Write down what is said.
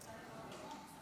אושרה בקריאה טרומית